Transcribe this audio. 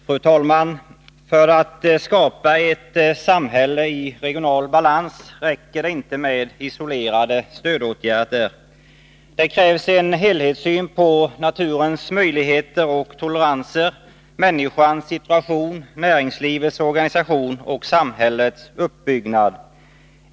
Fru talman! För att skapa ett samhälle i regional balans räcker det inte med isolerade stödåtgärder, det krävs en helhetssyn på naturens möjligheter och tolerans, människans situation, näringslivets organisation och samhällets uppbyggnad.